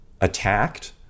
attacked